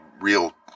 real